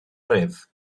ganrif